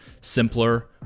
Simpler